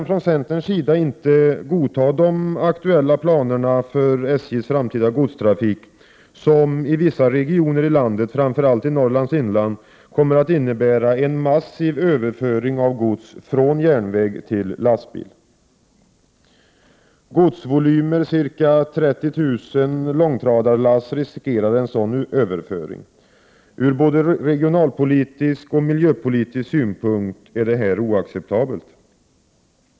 Från centerns sida kan vi inte godta de aktuella planerna för SJ:s framtida godstrafik, som i vissa regioner i landet, framför allt i Norrlands inland, Prot. 1988/89:106 kommer att innebära en massiv överföring av gods från järnväg till lastbil. Godsvolymer motsvarande ca 30 000 långtradarlass riskerar en sådan överföring. Ur både regionalpolitisk och miljöpolitisk synpunkt är detta oacceptabelt.